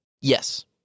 Yes